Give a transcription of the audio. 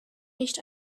nicht